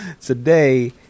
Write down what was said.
today